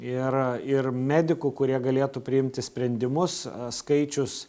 ir ir medikų kurie galėtų priimti sprendimus skaičius